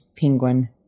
Penguin